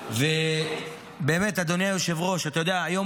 --- ובאמת, אדוני היושב-ראש, היום